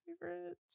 Favorite